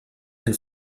den